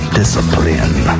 discipline